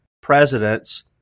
presidents